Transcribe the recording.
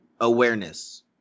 awareness